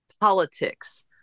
politics